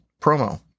promo